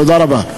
תודה רבה.